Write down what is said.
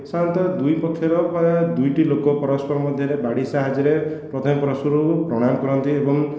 ସାଧାରଣତଃ ଦୁଇ ପକ୍ଷ୍ୟର ପ୍ରାୟ ଦୁଇଟି ଲୋକ ପରସ୍ପର ମଧ୍ୟରେ ବାଡ଼ି ସାହାଯ୍ୟରେ ପ୍ରଥମେ ପରସ୍ପରକୁ ଟଣା କରନ୍ତି ଏବଂ